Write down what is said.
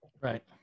Right